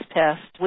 test